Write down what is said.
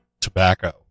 tobacco